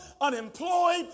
unemployed